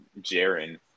Jaren